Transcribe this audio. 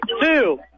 two